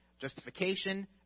justification